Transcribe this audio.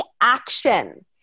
action